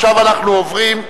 עכשיו אנחנו עוברים,